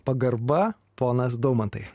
pagarba ponas daumantai